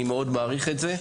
אני מאוד מעריך את זה.